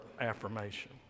affirmation